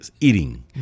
eating